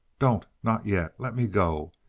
don't not yet! let me go.